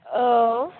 औ